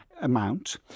amount